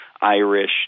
Irish